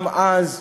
גם אז,